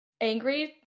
angry